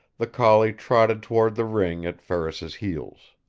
the collie trotted toward the ring at ferris's heels.